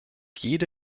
jede